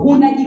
Una